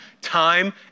time